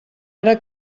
ara